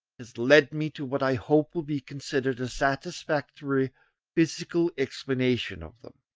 has led me to what i hope will be considered a satisfactory physical explanation of them.